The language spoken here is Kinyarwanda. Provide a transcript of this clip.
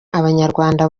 abanyarwanda